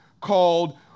called